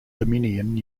dominion